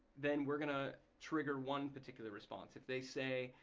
then we're gonna trigger one particular response. if they say,